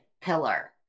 pillar